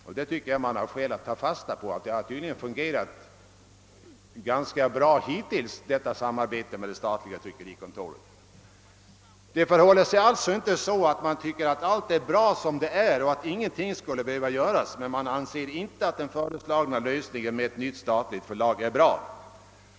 Jag tycker att det finns skäl att ta fasta på att samarbetet med det statliga tryckerikontoret tydligen fungerat ganska bra hittills. Det förhåller sig alltså inte så, att man tycker att allt är bra som det är och att ingenting behöver göras, men man anser inte att den föreslagna lösningen med ett nytt statligt förlag är bra.